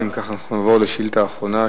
אם כך, אנחנו נעבור לשאילתא האחרונה,